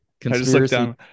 conspiracy